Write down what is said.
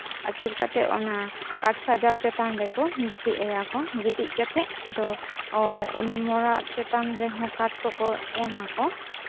ᱟᱹᱪᱩᱨ ᱠᱟᱛᱮᱫ ᱚᱱᱟ ᱠᱟᱴᱷ ᱥᱟᱡᱟᱣ ᱪᱮᱛᱟᱱ ᱨᱮᱠᱚ ᱜᱤᱛᱤᱡ ᱮᱭᱟ ᱠᱚ ᱜᱤᱛᱤᱡ ᱠᱟᱛᱮᱫ ᱟᱫᱚ ᱩᱱᱤ ᱢᱚᱲᱟ ᱪᱮᱛᱟᱱ ᱨᱮᱦᱚᱸ ᱠᱟᱴᱷ ᱠᱚᱠᱚ ᱮᱢ ᱟᱠᱚ